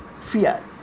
fear